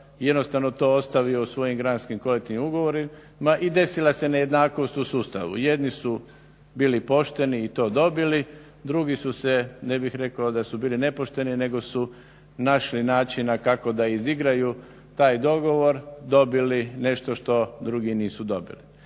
jednostavno to ostavio u svojim granskim kolektivnim ugovorima i desila se nejednakost u ustavu. Jedni su bili pošteni i to dobili, drugi su se ne bih rekao da su bili nepošteni nego su našli načina kako da izigraju taj dogovor, dobili nešto što drugi nisu dobili.